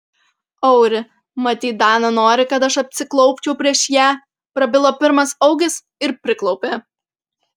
auri matyt dana nori kad aš atsiklaupčiau prieš ją prabilo pirmas augis ir priklaupė